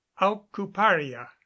aucuparia